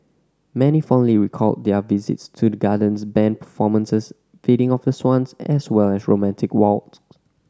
many fondly recalled their visits to the gardens band performances feeding of the swans as well as romantic walks